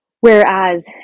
Whereas